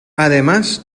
además